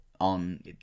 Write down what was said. on